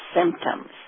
symptoms